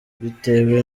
bitewe